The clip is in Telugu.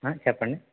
చెప్పండి